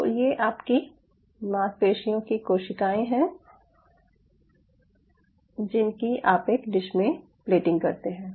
तो ये आपकी मांसपेशियों की कोशिकायें हैं जिनकी आप एक डिश में प्लेटिंग करते हैं